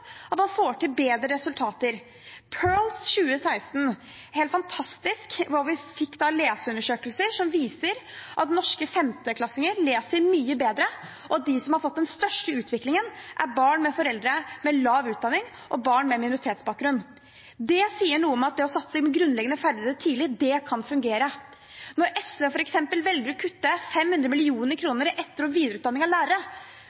at man får til bedre resultater. Se på PIRLS 2016 – det var helt fantastisk hva vi da fikk av leseundersøkelser som viser at norske 5.-klassinger leser mye bedre, og at de som har hatt den største utviklingen, er barn med foreldre med lav utdanning og barn med minoritetsbakgrunn. Det sier noe om at det å satse på grunnleggende ferdigheter tidlig kan fungere. Når SV f.eks. velger å kutte 500 mill. kr i etter- og videreutdanning av lærere,